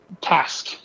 task